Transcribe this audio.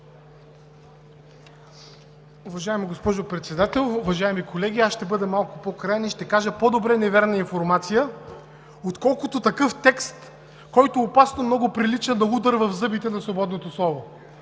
Уважаема госпожо Председател, уважаеми колеги! Аз ще бъда малко по-краен и ще кажа – по-добре невярна информация, отколкото такъв текст, който опасно много прилича на удар в зъбите на свободното слово.